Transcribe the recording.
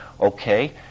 okay